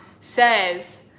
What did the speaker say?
says